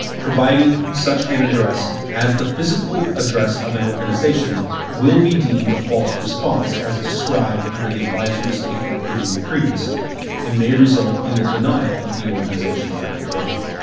providing such an address as the physical address of the organization will be deemed a false response as described under the advisory statement given previously and may result in the denial of the organization's application.